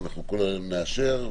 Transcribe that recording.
התקנות אושרו